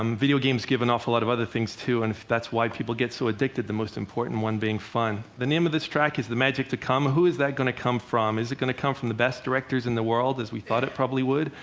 um video games give an awful lot of other things too, and that's why people get so addicted. the most important one being fun. the name of this track is the magic to come. who is that going to come from? is it going to come from the best directors in the world as we thought it probably would?